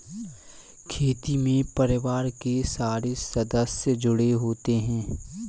खेती में परिवार के सारे सदस्य जुड़े होते है